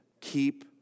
Keep